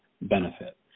benefit